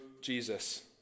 Jesus